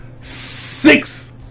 six